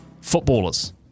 Footballers